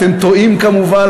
אתם טועים כמובן,